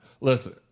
Listen